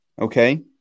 okay